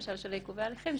למשל של עיכובי הליכים,